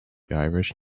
irish